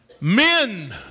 Men